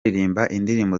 indirimbo